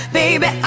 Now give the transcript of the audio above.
baby